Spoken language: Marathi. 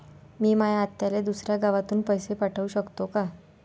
मी माया आत्याले दुसऱ्या गावातून पैसे पाठू शकतो का?